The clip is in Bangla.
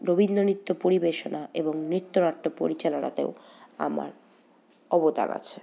রবীন্দ্র নৃত্য পরিবেশনা এবং নৃত্যনাট্য পরিচালনাতেও আমার অবদান আছে